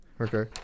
Okay